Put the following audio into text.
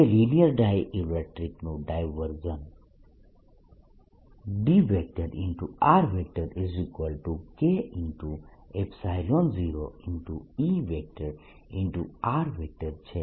હવે લિનીયર ડાયઈલેક્ટ્રીકનું divergence DK0E છે